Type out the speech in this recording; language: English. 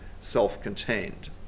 self-contained